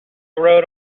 rode